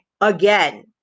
again